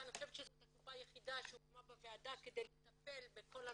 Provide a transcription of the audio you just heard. אני חושבת שזאת הקופה היחידה שהוקמה בה ועדה כדי לטפל בכל הנושא,